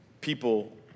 people